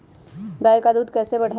गाय का दूध कैसे बढ़ाये?